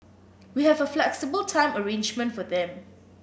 we have a flexible time arrangement for them